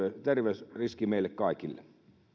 terveysriski meille kaikille